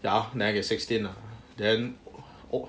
ya then I get sixteen lah then !wah!